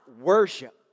worship